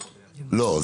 לא,